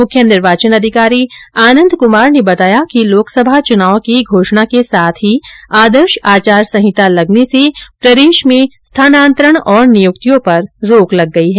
मुख्य निर्वाचन अधिकारी आनंद कुमार ने बताया कि लोकसभा चुनाव की घोषणा के साथ ही आदर्श आचार संहिता लगने से प्रदेश में स्थानान्तरण और नियुक्तियों पर रोक लग गई है